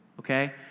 Okay